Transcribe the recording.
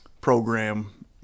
program